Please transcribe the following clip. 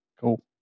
Cool